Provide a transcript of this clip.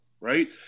Right